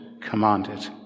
commanded